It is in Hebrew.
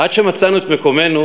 עד שמצאנו את מקומנו